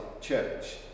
church